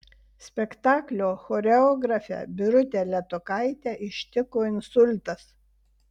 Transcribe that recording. spektaklio choreografę birutę letukaitę ištiko insultas